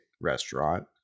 restaurant